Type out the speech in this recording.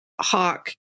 hawk